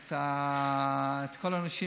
את כל האנשים,